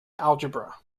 algebra